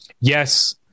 yes